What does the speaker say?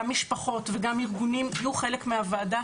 גם משפחות וגם ארגונים יהיו חלק מהוועדה,